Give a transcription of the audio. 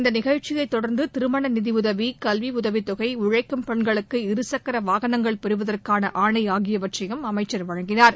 இந்த நிகழ்ச்சியத் தொடர்ந்து திருமண நிதியுதவி கல்வி உதவித்தொகை உழழக்கும் பெண்களுக்கு இருசக்கர வாகனங்கள் பெறுவதற்கான ஆணை ஆகியற்றையும் அமைச்சர் வழங்கினார்